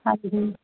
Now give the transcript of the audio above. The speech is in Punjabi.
ਹਾਂਜੀ